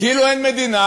כאילו אין מדינה,